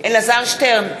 אלעזר שטרן,